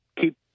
keep